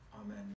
amen